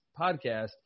podcast